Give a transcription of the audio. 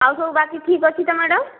ଆଉ ସବୁ ବାକି ଠିକ ଅଛି ତ ମ୍ୟାଡ଼ମ